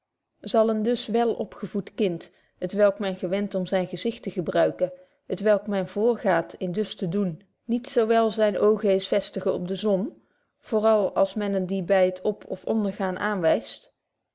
zal een dus wel opgevoed kind t welk men gewend om zyn gezigt te gebruiken t welk men voorgaat in dus te doen niet zo wel zyne oogen eens vestigen op de zon voor al als men het die by het op of ondergaan aanwyst